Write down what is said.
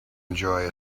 enjoy